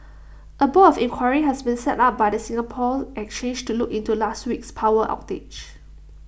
A board of inquiry has been set up by the Singapore exchange to look into last week's power outage